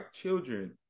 children